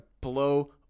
blow